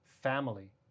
family